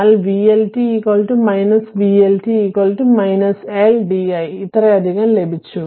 എന്നാൽ vLt vLt L di ഇത്രയധികം ലഭിച്ചു